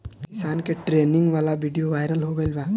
किसान के ट्रेनिंग वाला विडीओ वायरल हो गईल बा